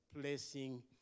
placing